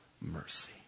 mercy